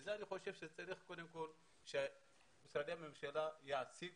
וזה אני חושב שצריך קודם כל שמשרדי הממשלה יעסיקו